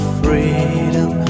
freedom